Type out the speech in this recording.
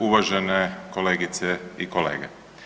Uvažene kolegice i kolege.